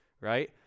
Right